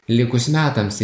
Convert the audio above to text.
likus metams